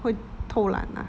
会偷懒 lah